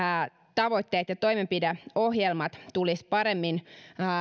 tavoitteet ja toimenpideohjelmat tulisi paremmin